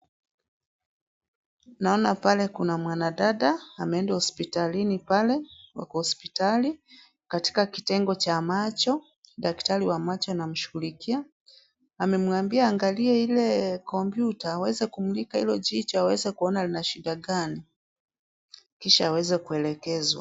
Naona pale kuna mwanadada ameenda hospitalini. Pale wako hospitali, katika kitengo cha macho. Daktari wa macho anamshughulikia, amemwambia aangalie ile kompyuta, aweze kumulika hilo jicho, aweze kuona lina shida gani, kisha aweze kuelekezwa.